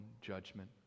judgment